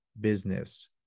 business